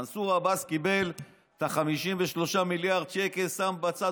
מנסור עבאס קיבל את ה-53 מיליארד שקל, שם בצד.